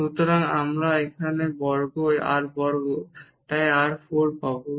সুতরাং r বর্গ তাই আমরা r 4 পাবো